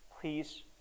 please